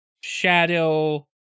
shadow